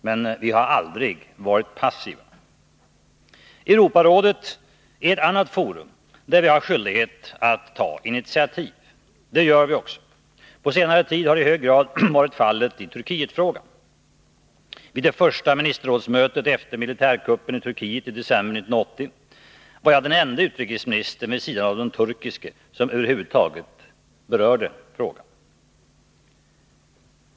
Men vi har aldrig varit passiva. Europarådet är ett annat forum där vi har skyldighet att ta initiativ. Det gör vi också. På senare tid har det i hög grad varit fallet i Turkietfrågan. Vid det första ministerrådsmötet efter militärkuppen i Turkiet i december 1980 var jag den ende utrikesminister, vid sidan av den turkiske, som över huvud taget berörde frågan.